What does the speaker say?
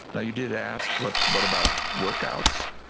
now, you did ask, what but about workouts?